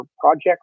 projects